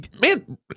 Man